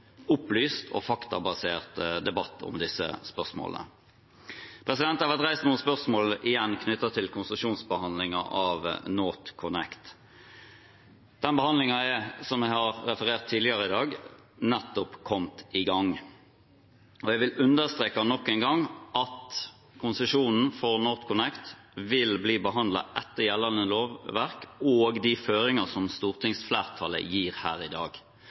opplyst og faktabasert debatt om disse spørsmålene. Det har vært reist noen spørsmål – igjen – knyttet til konsesjonsbehandlingen av NorthConnect. Den behandlingen er, som jeg har referert til tidligere i dag, nettopp kommet i gang, og jeg vil understreke nok en gang at konsesjonen for NorthConnect vil bli behandlet etter gjeldende lovverk og de føringer som stortingsflertallet gir her i dag.